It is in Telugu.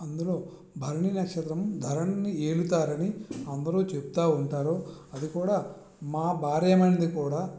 అందులో భరణీ నక్షత్రం ధరణిని ఏలుతారని అందరూ చెప్తు ఉంటారు అది కూడా మా భార్యామణిది కూడా